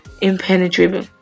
impenetrable